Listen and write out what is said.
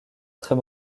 très